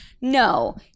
No